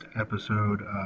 episode